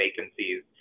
vacancies